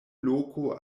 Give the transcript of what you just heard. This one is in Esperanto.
loko